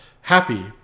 happy